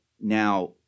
Now